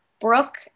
Brooke